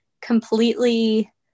completely